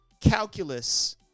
calculus